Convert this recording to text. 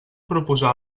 proposar